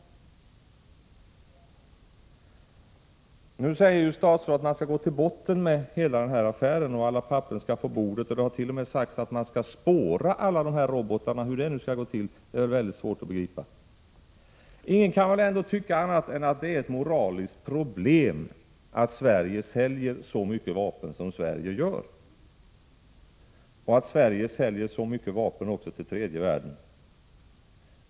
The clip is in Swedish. Nu säger statsrådet att man skall gå till botten med hela denna affär och att alla papper skall läggas på bordet. Det hart.o.m. sagts att man skall spåra alla dessa robotar — hur det nu skall gå till är mycket svårt att begripa. Ingen kan väl tycka annat än att det är ett moraliskt problem att Sverige säljer så mycket vapen som man gör och att Sverige säljer så mycket vapen till tredje världen.